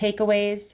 takeaways